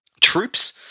troops